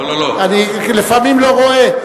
לפעמים אני לא רואה,